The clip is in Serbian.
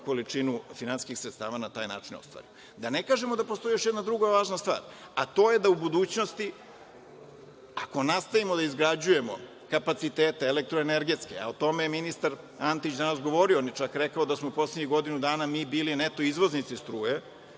količinu finansijskih sredstava na taj način ostvarimo. Da ne kažemo da postoji još jedna druga važna stvar, a to je da u budućnosti, ako nastavimo da izgrađujemo kapacitete elektroenergetske, a o tome je ministar Antić danas govorio, on je čak rekao da smo poslednjih godinu dana mi bili neto izvoznici struje,